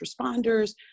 responders